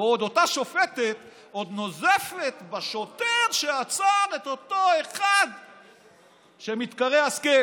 ואותה שופטת עוד נוזפת בשוטר שעצר את אותו אחד שמתקרא השכל.